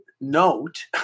note